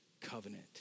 covenant